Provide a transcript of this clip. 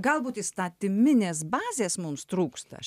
galbūt įstatyminės bazės mums trūksta aš